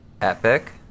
Epic